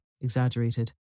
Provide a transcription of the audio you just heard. exaggerated